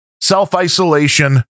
self-isolation